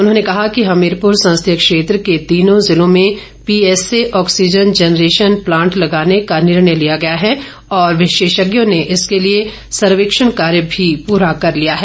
उन्होंने कहा कि हमीरपुर संसदीय क्षेत्र के तीन जिलों में पीएसए ऑक्सीजन जेनरेशन प्लांट लगाने का निर्णय लिया गया है और विशेषज्ञों ने इसके लिए सर्वेक्षण कार्य भी पूरा कर लिया है